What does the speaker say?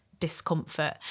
Discomfort